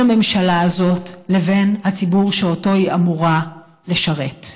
הממשלה הזאת לבין הציבור שאותו היא אמורה לשרת.